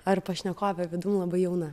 ar pašnekovė vidum labai jauna